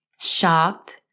shocked